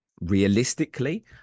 realistically